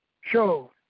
show